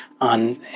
on